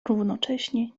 równocześnie